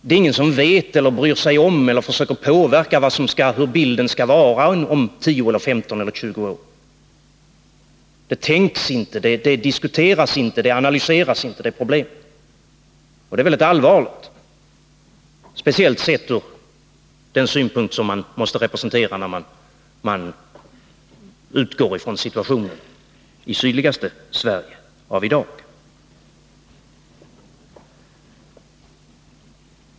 Det är ingen som vet eller bryr sig om eller försöker påverka hur bilden skall vara under de kommande 10, 15 eller 20 åren. Det tänks inte, det diskuteras inte, det analyseras inte. Det är problemet, och det är väldigt allvarligt, speciellt sett ur den synpunkt som man måste anlägga när man utgår ifrån situationen avi dag i sydligaste Sverige.